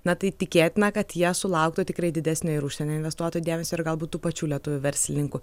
na tai tikėtina kad jie sulauktų tikrai didesnio ir užsienio investuotojų dėmesio ir galbūt tų pačių lietuvių verslininkų